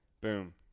Boom